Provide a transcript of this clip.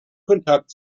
kontakt